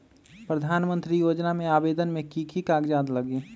प्रधानमंत्री योजना में आवेदन मे की की कागज़ात लगी?